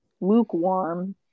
lukewarm